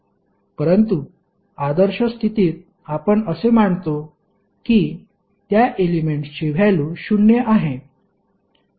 परंतु आदर्श स्थितीत आपण असे मानतो की त्या एलेमेंट्सची व्हॅल्यु शून्य आहे